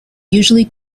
usually